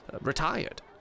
retired